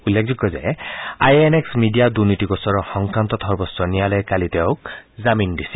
উল্লেখযোগ্য যে I N X media দুৰ্নীতি গোচৰৰ সংক্ৰান্তত সৰ্বোচ্চ ন্যায়ালয়ে কালি তেওঁক জামিন দিছিল